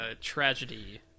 tragedy